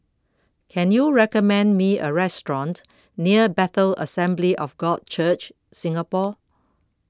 can you recommend me a restaurant near Bethel Assembly of God Church Singapore